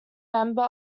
member